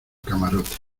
camarote